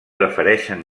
prefereixen